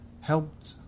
helped